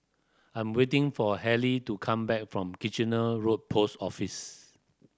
I'm waiting for Halley to come back from Kitchener Road Post Office